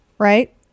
Right